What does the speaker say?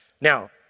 Now